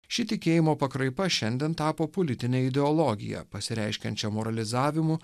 ši tikėjimo pakraipa šiandien tapo politine ideologija pasireiškiančia moralizavimu